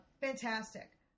fantastic